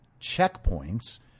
checkpoints